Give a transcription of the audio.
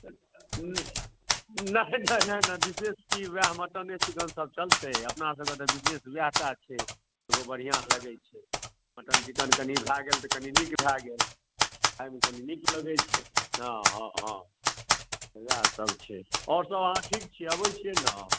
नहि नहि नहि बिशेष की ओएह मटने चिकन सभ चलतै अपना सभकऽ तऽ बिशेष ओएहटा छै एगो बढ़िआँ लगै छै मटन चिकन कनि भए गेल तऽ कनि नीक भए गेल खाइमे कनि नीक लगैत छै हँ हँ हँ तऽ ओएह सब छै आओर सभ अहाँ ठीक छियै अबैत छियै ने